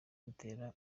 ritera